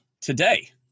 today